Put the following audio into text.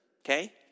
okay